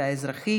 יורד בריצה,